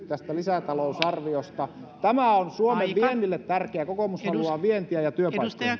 tästä lisätalousarviosta tämä on suomen viennille tärkeää kokoomus haluaa vientiä ja